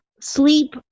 sleep